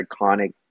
iconic